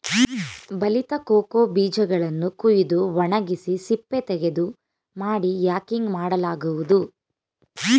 ಬಲಿತ ಕೋಕೋ ಬೀಜಗಳನ್ನು ಕುಯ್ದು ಒಣಗಿಸಿ ಸಿಪ್ಪೆತೆಗೆದು ಮಾಡಿ ಯಾಕಿಂಗ್ ಮಾಡಲಾಗುವುದು